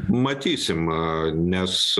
matysim nes